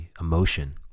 emotion